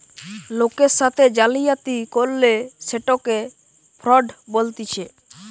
লোকের সাথে জালিয়াতি করলে সেটকে ফ্রড বলতিছে